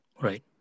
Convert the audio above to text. Right